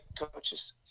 coaches